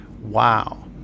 wow